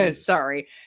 sorry